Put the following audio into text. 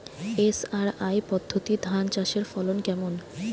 SRI পদ্ধতি ধান চাষের ফলন কেমন?